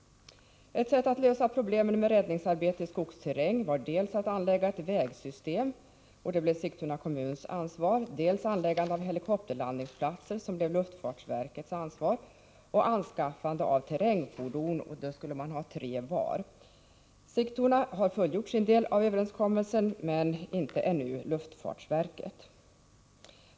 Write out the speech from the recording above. Ett sätt att lösa problemen med räddningsarbete i skogsterräng var dels att anlägga ett vägsystem, vilket Sigtuna kommun fick ansvaret för, dels att anlägga helikopterlandningsplatser, vilket luftfartsverket fick ansvaret för samt att anskaffa terrängfordon — man skulle ha tre var. Sigtuna har fullgjort sin del av överenskommelsen, men det har luftfartsverket ännu inte gjort.